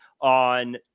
on